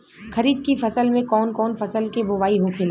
खरीफ की फसल में कौन कौन फसल के बोवाई होखेला?